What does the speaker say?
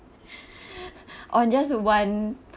or just one